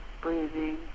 breathing